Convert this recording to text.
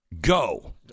Go